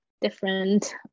different